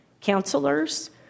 Counselors